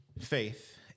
faith